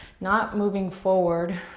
not moving forward.